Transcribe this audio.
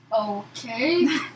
Okay